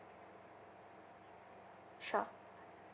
sure